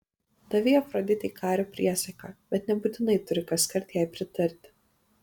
davei afroditei kario priesaiką bet nebūtinai turi kaskart jai pritarti